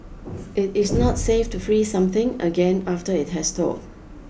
it is not safe to freeze something again after it has thawed